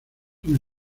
una